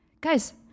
Guys